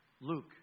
Luke